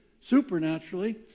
supernaturally